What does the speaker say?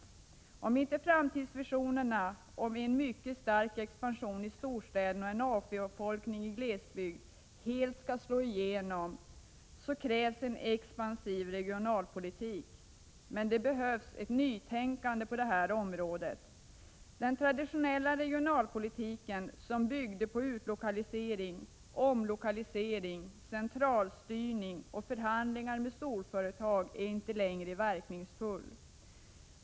För att inte framtidsvisionerna om en mycket stark expansion i storstäderna och en avfolkning i glesbygd helt skall komma till förverkligande krävs en expansiv regionalpolitik. Men det behövs ett nytänkande på detta område. Den traditionella regionalpolitiken, som byggde på utlokalisering, omlokalisering, centralstyrning och förhandlingar med storföretag, är inte längre verkningsfull.